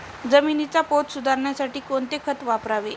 जमिनीचा पोत सुधारण्यासाठी कोणते खत वापरावे?